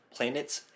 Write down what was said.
Planet's